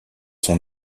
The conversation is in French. sont